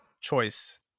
choice